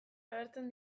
agertzen